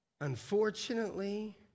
unfortunately